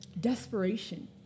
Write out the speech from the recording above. desperation